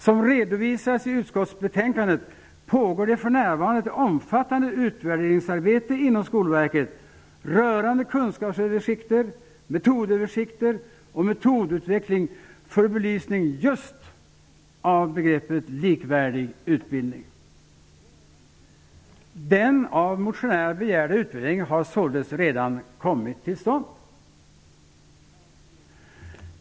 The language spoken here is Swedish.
Som redovisas i utskottsbetänkandet pågår för närvarande ett omfattande utvärderingsarbete inom Skolverket rörande kunskapsöversikter, metodöversikter och metodutveckling för belysning just av begreppet likvärdig utbildning. Den av motionärerna begärda utvärderingen har såleds redan kommit till stånd.